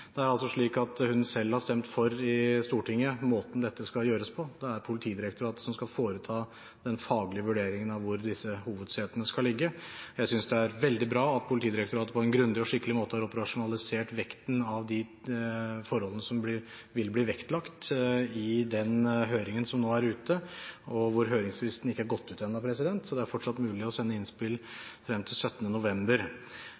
er slik at hun selv, i Stortinget, har stemt for måten dette skal gjøres på: Politidirektoratet skal foreta den faglige vurderingen av hvor hovedsetene skal ligge. Jeg synes det er veldig bra at Politidirektoratet på en grundig og skikkelig måte har operasjonalisert vekten av de forholdene som vil bli vektlagt i høringen som nå er ute, og hvor høringsfristen ennå ikke har gått ut. Det er fortsatt mulig å sende innspill frem til 17. november.